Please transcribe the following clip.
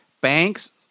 banks